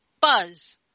Buzz